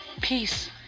Peace